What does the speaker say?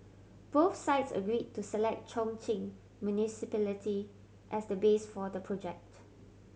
both sides agreed to select Chongqing Municipality as the base for the project